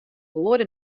goede